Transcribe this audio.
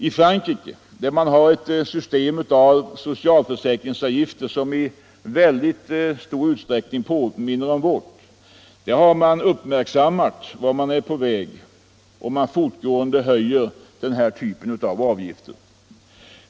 I Frankrike, där man har ett system av socialförsäkringsavgifter som i stor utsträckning påminner om vårt, har man uppmärksammat vart man är på väg, om man fortgående höjer denna typ av avgifter.